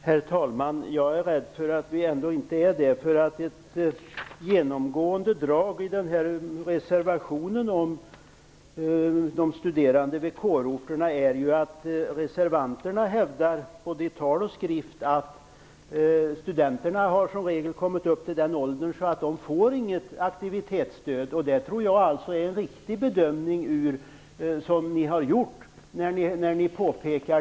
Herr talman! Jag är rädd för att vi ändå inte är det. Ett genomgående drag i reservationen om studerande på kårorterna är att reservanterna, både i skrift och nu i tal, hävdar att studenterna som regel har kommit upp i en ålder som gör att de inte får något aktivitetsstöd. Det är en riktig bedömning.